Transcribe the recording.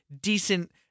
decent